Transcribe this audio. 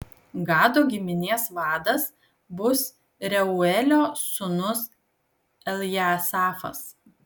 gado giminės vadas bus reuelio sūnus eljasafas